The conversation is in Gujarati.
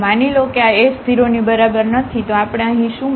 તો માની લો કે આ s 0 ની બરાબર નથી તો આપણે અહીં શું મેળવી શકીએ